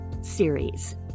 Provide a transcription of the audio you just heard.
series